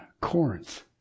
Corinth